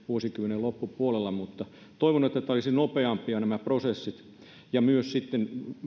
vuosikymmenen loppupuolella mutta toivon että nämä prosessit olisivat nopeampia ja myös